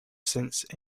since